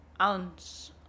ounce